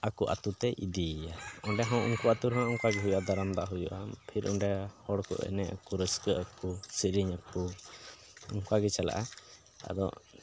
ᱟᱠᱚ ᱟᱹᱛᱩ ᱛᱮᱭ ᱤᱫᱤᱭᱮᱭᱟᱭ ᱚᱸᱰᱮ ᱦᱚᱸ ᱩᱱᱠᱩ ᱟᱹᱛᱩ ᱨᱮ ᱚᱱᱠᱟ ᱜᱮ ᱦᱩᱭᱩᱜᱼᱟ ᱫᱟᱨᱟᱢ ᱫᱟᱜ ᱦᱩᱭᱩᱜᱼᱟ ᱯᱷᱤᱨ ᱚᱸᱰᱮ ᱦᱚᱲ ᱠᱚ ᱮᱱᱮᱡ ᱟᱠᱚ ᱨᱟᱹᱥᱠᱟᱹ ᱟᱠᱚ ᱥᱮᱨᱮᱧ ᱟᱠᱚ ᱚᱱᱠᱟ ᱜᱮ ᱪᱟᱞᱟᱜᱼᱟ ᱟᱫᱚ